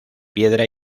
piedra